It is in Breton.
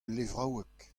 levraoueg